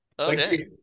okay